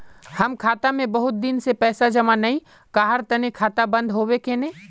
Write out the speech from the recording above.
हम खाता में बहुत दिन से पैसा जमा नय कहार तने खाता बंद होबे केने?